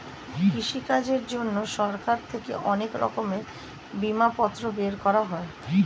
কৃষিকাজের জন্যে সরকার থেকে অনেক রকমের বিমাপত্র বের করা হয়